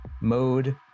mode